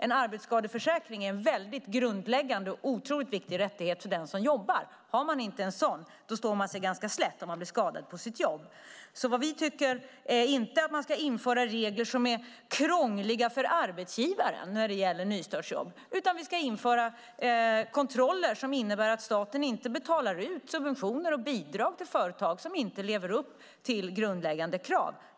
En arbetsskadeförsäkring är en väldigt grundläggande och otroligt viktig rättighet för den som jobbar. Har man inte en sådan står man sig ganska slätt om man blir skadad på sitt jobb. Vi tycker inte att man ska införa regler som är krångliga för arbetsgivaren när det gäller nystartsjobb, utan vi ska införa kontroller som innebär att staten inte betalar ut subventioner och bidrag till företag som inte lever upp till grundläggande krav.